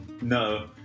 No